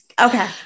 okay